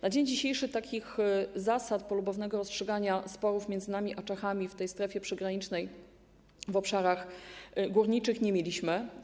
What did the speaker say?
Na dzień dzisiejszy takich zasad polubownego rozstrzygania sporów między nami a Czechami w tej strefie przygranicznej, na obszarach górniczych, nie mieliśmy.